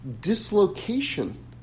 dislocation